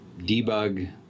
debug